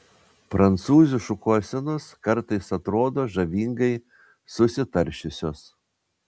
prancūzių šukuosenos kartais atrodo žavingai susitaršiusios